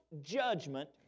judgment